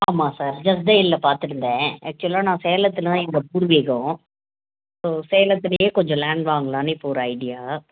ஆமாம் sir just டயலில் பார்த்துருந்தேன் ஆக்சுவலாக நான் சேலத்தில் தான் எங்கள் பூர்வீகம் ஸோ சேலத்திலையே கொஞ்சம் லேண்ட் வாங்கலாம்னு இப்போ ஒரு ஐடியா